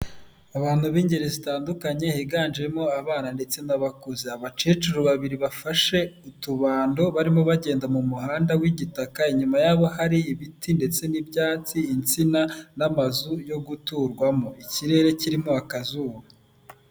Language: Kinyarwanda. Abantu b'ingeri zitandukanye, higanjemo abana ndetse n'abakuze. Abacecuru babiri bafashe utubando, barimo bagenda mu muhanda w'igitaka, inyuma yabo hari ibiti ndetse n'ibyatsi, insina, n'amazu yo guturwamo. Ikirere kirimo akazuba.